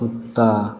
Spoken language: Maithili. कुत्ता